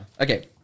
Okay